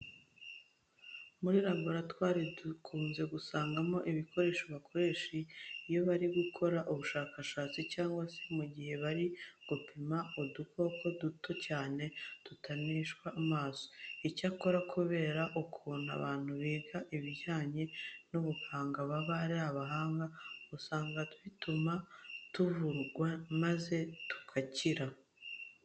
Muri laboratwari dukunze gusangamo ibikoresho bakoresha iyo bari gukora ubushakashatsi cyangwa se mu gihe bari gupima udukoko duto cyane tutaboneshwa amaso. Icyakora kubera ukuntu abantu biga ibijyanye n'ubuganga baba ari abahanga, usanga bituma tuvurwa maze tugakira.